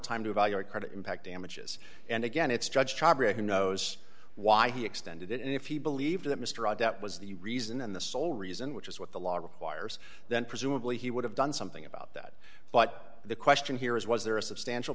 time to evaluate credit impact damages and again it's judge who knows why he extended it and if you believe that mr rudd that was the reason and the sole reason which is what the law requires then presumably he would have done something about that but the question here is was there a substantial